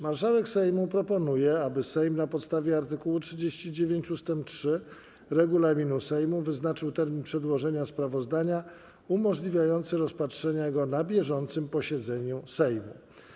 Marszałek Sejmu proponuje, aby Sejm na podstawie art. 39 ust. 3 regulaminu Sejmu wyznaczył termin przedłożenia sprawozdania umożliwiający rozpatrzenie go na bieżącym posiedzeniu Sejmu.